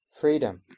freedom